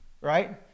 right